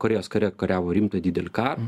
korėjos kare kariavo rimtą didelį karą